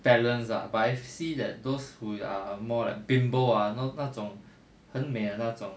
balance ah but I see that those who are more like bimbo ah know 那种很美 ah 那种